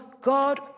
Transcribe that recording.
God